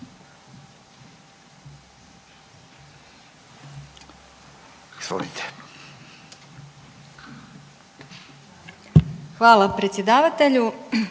Hvala predsjedavatelju.